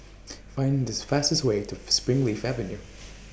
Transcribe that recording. Find This fastest Way to Springleaf Avenue